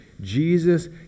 jesus